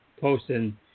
posting